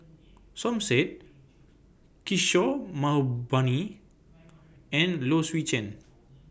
Som Said Kishore Mahbubani and Low Swee Chen